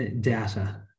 Data